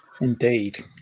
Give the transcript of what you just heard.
Indeed